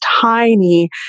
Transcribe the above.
tiny